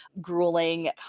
grueling